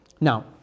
Now